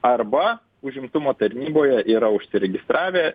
arba užimtumo tarnyboje yra užsiregistravę